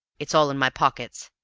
it's all in my pockets.